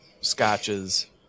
scotches